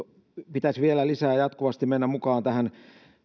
pitäisi vielä lisää jatkuvasti mennä mukaan tähän